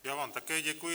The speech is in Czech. Já vám také děkuji.